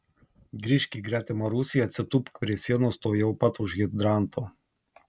grįžk į gretimą rūsį atsitūpk prie sienos tuojau pat už hidranto